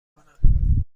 کنم